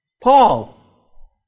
Paul